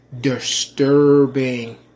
disturbing